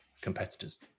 competitors